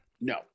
no